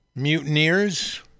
Mutineers